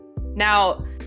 Now